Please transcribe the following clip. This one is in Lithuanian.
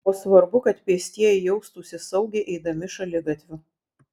o svarbu kad pėstieji jaustųsi saugiai eidami šaligatviu